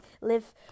live